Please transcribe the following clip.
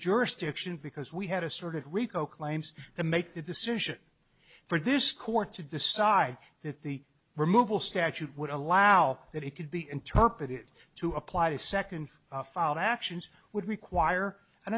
jurisdiction because we had asserted rico claims to make that decision for this court to decide that the removal statute would allow that it could be interpreted to apply the second filed actions would require an